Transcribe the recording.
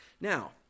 Now